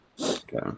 Okay